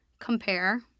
compare